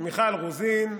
מיכל רוזין,